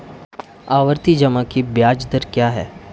आवर्ती जमा की ब्याज दर क्या है?